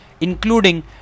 including